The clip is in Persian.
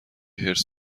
حرص